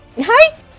Hi